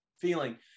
feeling